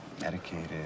medicated